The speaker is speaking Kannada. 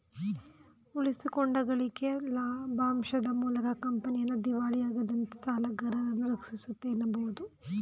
ಉಳಿಸಿಕೊಂಡ ಗಳಿಕೆ ಲಾಭಾಂಶದ ಮೂಲಕ ಕಂಪನಿಯನ್ನ ದಿವಾಳಿಯಾಗದಂತೆ ಸಾಲಗಾರರನ್ನ ರಕ್ಷಿಸುತ್ತೆ ಎನ್ನಬಹುದು